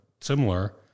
similar